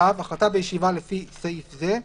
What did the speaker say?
(ו)החלטה בישיבה לפי סעיף זה,